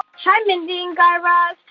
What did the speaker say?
hi, mindy and guy raz.